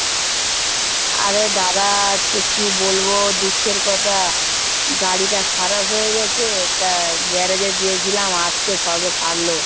আরে দাদা সে কী বলবো দুঃখের কথা গাড়িটা খারাপ হয়ে গেছে এটা গ্যারেজে দিয়েছিলাম আজকে সবে সারলো